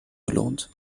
belohnt